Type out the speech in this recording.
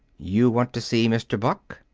you want to see mr. buck?